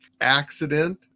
accident